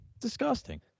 Disgusting